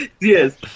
Yes